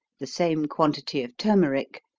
the same quantity of turmeric,